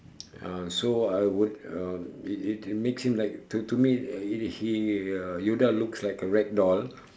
uh so I would uh it it it makes him like to to me uh he he uh yoda looks like a rag doll